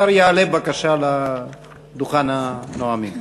השר יעלה בבקשה לדוכן הנואמים.